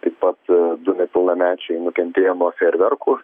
taip pat du nepilnamečiai nukentėjo nuo fejerverkų